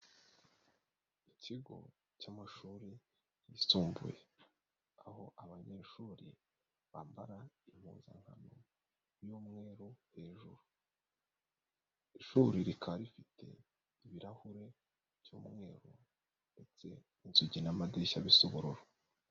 Ikigo cy'amashuri yisumbuye aho, abanyeshuri bambara impuzankano y'umweru hejuru. ishuri rikaba rifite ibirahure by'umweru ndetse n'nzugi n'amadirishya bisa ubururu.